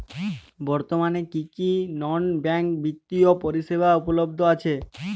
বর্তমানে কী কী নন ব্যাঙ্ক বিত্তীয় পরিষেবা উপলব্ধ আছে?